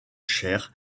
chaire